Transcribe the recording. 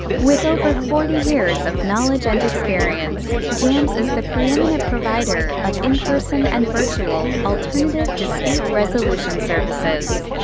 with over forty years of knowledge and experience, jams is the preeminent provider of in-person and virtual alternative dispute resolution services.